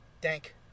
Dank